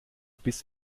biss